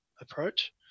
approach